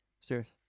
serious